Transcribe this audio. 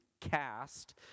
Cast